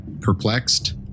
perplexed